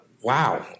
Wow